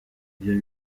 ibyo